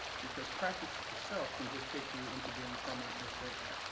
because practice itself can just take you into doing permanent mistakes.